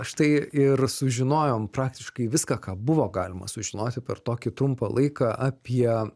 štai ir sužinojom praktiškai viską ką buvo galima sužinoti per tokį trumpą laiką apie